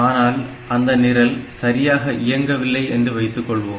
ஆனால் அந்த நிரல் சரியாக இயங்கவில்லை என்று வைத்துக்கொள்வோம்